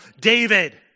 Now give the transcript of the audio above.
David